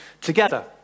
together